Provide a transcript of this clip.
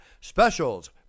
Specials